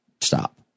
Stop